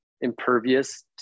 impervious